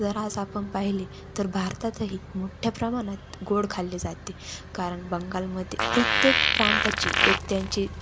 जर आज आपण पाहिले तर भारतातही मोठ्या प्रमाणात गोड खाल्ले जाते कारण बंगालमध्ये प्रत्येक प्रांताची एक त्यांची